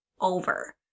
over